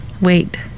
Wait